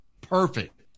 Perfect